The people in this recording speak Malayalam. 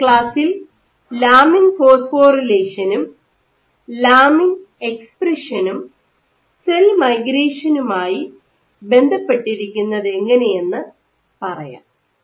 അടുത്ത ക്ലാസ്സിൽ ലാമിൻ ഫോസ്ഫോറിലേഷനും ലാമിൻ എക്സ്പ്രഷനും സെൽ മൈഗ്രേഷനുമായി ബന്ധപ്പെട്ടിരിക്കുന്നതെന്ന് പറയാം